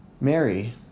Mary